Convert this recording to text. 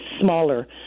smaller